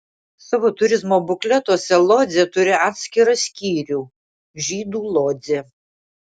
savo turizmo bukletuose lodzė turi atskirą skyrių žydų lodzė